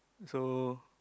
so